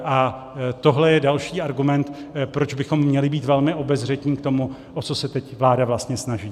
A tohle je další argument, proč bychom měli být velmi obezřetní k tomu, o co se teď vláda vlastně snaží.